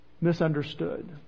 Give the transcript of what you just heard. misunderstood